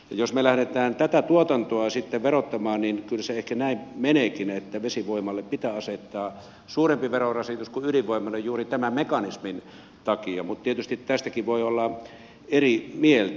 jos me lähdemme tätä tuotantoa sitten verottamaan niin kyllä se ehkä näin meneekin että vesivoimalle pitää asettaa suurempi verorasitus kuin ydinvoimalle juuri tämän mekanismin takia mutta tietysti tästäkin voi olla eri mieltä